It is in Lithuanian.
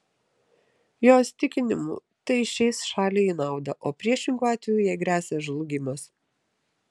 jo įsitikinimu tai išeis šaliai į naudą o priešingu atveju jai gresia žlugimas